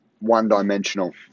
one-dimensional